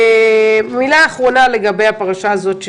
מילה אחרונה לגבי הפרשה הזאת,